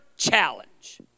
Challenge